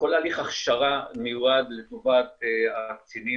כל הליך ההכשרה מיועד לטובת הקצינים